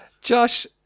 Josh